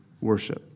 worship